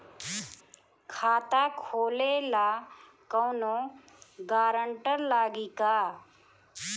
खाता खोले ला कौनो ग्रांटर लागी का?